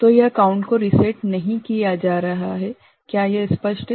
तो यह काउंटर को रीसेट नहीं किया जा रहा है क्या यह स्पष्ट है